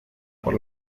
por